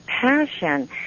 passion